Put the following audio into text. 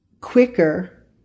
quicker